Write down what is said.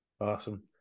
awesome